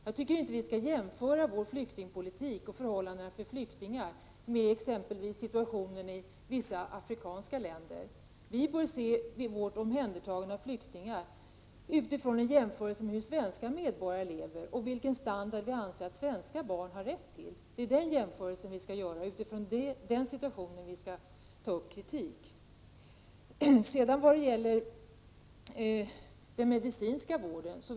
Jag tycker inte att vi skall jämföra vår flyktingpolitik och förhållandena för flyktingar med exempelvis situatio nen i vissa afrikanska länder. Vid vårt omhändertagande av flyktingar bör vi — Prot. 1987/88:43 göra en jämförelse med hur svenska medborgare lever och vilken standard vi — 11 december 1987 anser att svenska barn har rätt till. Det är den jämförelsen vi skall göra, och = ga det är utifrån den situationen vi skall ta upp kritiken.